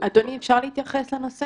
אפשר להתייחס לנושא?